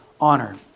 honor